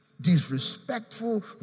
disrespectful